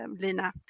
Lina